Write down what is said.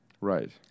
Right